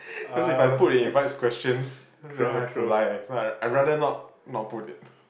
cause if I put it invites questions then I have to lie eh so I so I rather not not put it